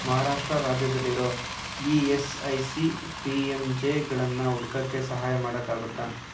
ಮಹಾರಾಷ್ಟ್ರ ರಾಜ್ಯದಲ್ಲಿರೋ E S I C P M ಜೆಗಳನ್ನು ಹುಡ್ಕಕ್ಕೆ ಸಹಾಯ ಮಾಡೋಕ್ಕಾಗುತ್ತಾ